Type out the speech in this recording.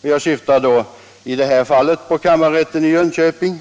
Jag syftar här på kammarrätten i Jönköping,